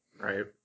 Right